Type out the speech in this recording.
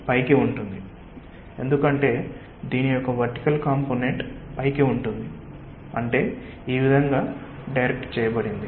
పైకి ఉంటుంది ఎందుకంటే దీని యొక్క వర్టికల్ కాంపొనెంట్ పైకి ఉంటుంది అంటే ఈ విధంగా డైరెక్ట్ చేయబడింది